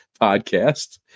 podcast